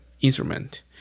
instrument